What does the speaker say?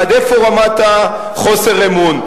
עד איפה רמת חוסר האמון.